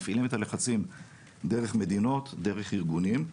מפעילים את הלחצים דרך מדינות, דרך ארגונים.